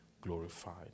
glorified